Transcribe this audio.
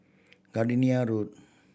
Gardenia Road